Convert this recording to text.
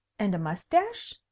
and a moustache?